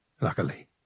Luckily